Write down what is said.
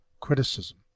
criticism